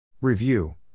Review